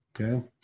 Okay